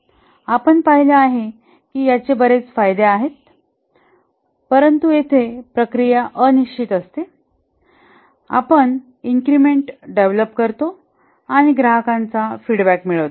आपण पाहिले आहे की याचे बरेच फायदे आहेत परंतु येथे प्रक्रिया अनिश्चित असते आपण इन्क्रिमेंट डेव्हलप करतो आणि ग्राहकांचा फीडबॅक मिळवतो